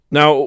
Now